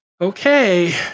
okay